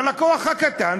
ללקוח הקטן,